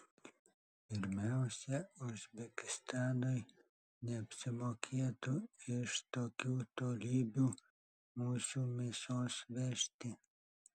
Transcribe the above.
pirmiausia uzbekistanui neapsimokėtų iš tokių tolybių mūsų mėsos vežti